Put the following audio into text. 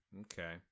Okay